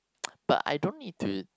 but I don't need to